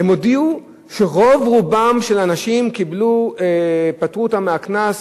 הודיעו שאת רוב רובם של האנשים פטרו מהקנס,